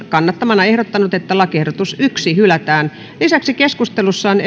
kannattamana ehdottanut että lakiehdotukset hylätään lisäksi kristiina salonen on